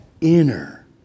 inner